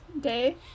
day